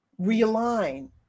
realign